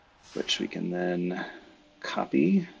which we can then copy,